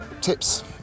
Tips